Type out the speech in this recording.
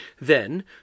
Then